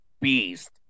beast